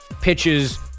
pitches